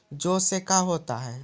जौ से का होता है?